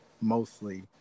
mostly